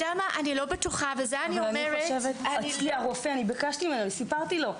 אני ביקשתי מהרופא וסיפרתי לו.